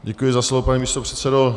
Děkuji za slovo, pane místopředsedo.